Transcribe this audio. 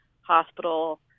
hospital